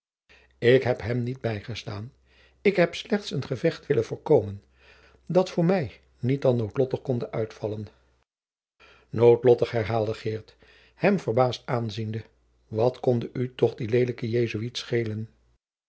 ik heb hem niet bijgestaan ik heb slechts een gevecht willen voorkomen dat voor mij niet dan noodlottig konde uitvallen noodlottig herhaalde geert hem verbaasd aanziende wat konde u toch die lelijke jesuit